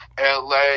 LA